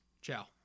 ciao